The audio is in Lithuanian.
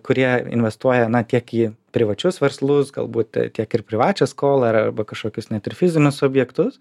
kurie investuoja na tiek į privačius verslus galbūt tiek ir privačią skolą ir arba kažkokius net ir fizinius objektus